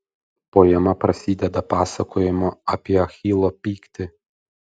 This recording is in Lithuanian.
poema prasideda pasakojimu apie achilo pyktį